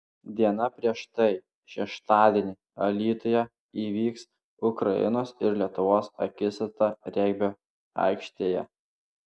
diena prieš tai šeštadienį alytuje įvyks ukrainos ir lietuvos akistata regbio aikštėje